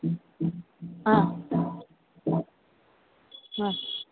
ಹಾಂ ಹಾಂ